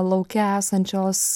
lauke esančios